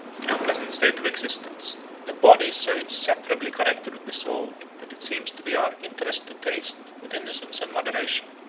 in our present state of existence the body is so inseparably connected with the soul, that it seems to be our interest to taste, with innocence and moderation,